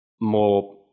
more